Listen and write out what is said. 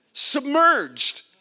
Submerged